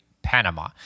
Panama